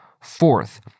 Fourth